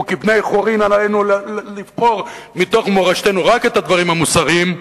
וכבני-חורין עלינו לבחור מתוך מורשתנו רק את הדברים המוסריים.